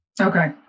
Okay